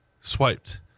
swiped